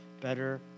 better